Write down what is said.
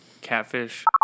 catfish